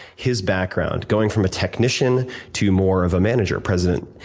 his background, going from a technician to more of a manager president,